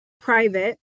private